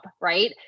right